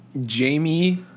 Jamie